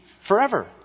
Forever